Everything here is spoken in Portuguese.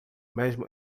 mesmo